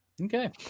Okay